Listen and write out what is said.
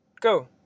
Go